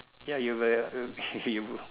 ya you're you